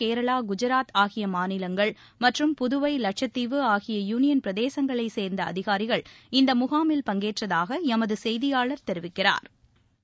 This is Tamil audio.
கேரளா குஜராத் ஆகிய மாநிலங்கள் மற்றும் புதுவை லட்சத்தீவு ஆகிய யுனியன் பிரதேசங்களைச் சேர்ந்த அதிகாரிகள் இந்த முகாமில் பங்கேற்றதாக எமது செய்தியாளா் தெரிவிக்கிறாா்